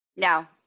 Now